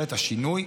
בממשלת השינוי,